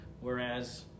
Whereas